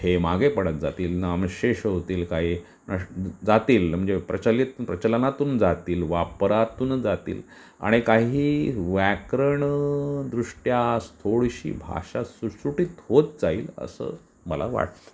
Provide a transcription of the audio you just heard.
हे मागे पडत जातील नामशेष होतील काही नश् जातील म्हणजे प्रचलित प्रचलनातून जातील वापरातून जातील आणि काही व्याकरण दृष्ट्या थोडीशी भाषा सुटसुटीत होत जाईल असं मला वाटतं